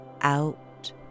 out